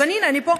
אז הינה אני פה,